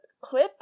clip